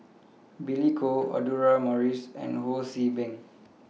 Billy Koh Audra Morrice and Ho See Beng